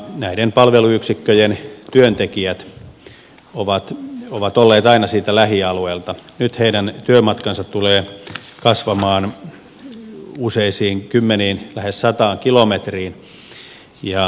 näiden palveluyksikköjen työntekijät ovat olleet aina siitä lähialueelta nyt heidän työmatkansa tulevat kasvamaan useisiin kymmeniin lähes sataan kilometriin